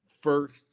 first